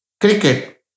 cricket